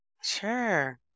Sure